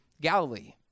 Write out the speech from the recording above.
Galilee